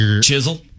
Chisel